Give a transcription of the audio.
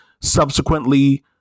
subsequently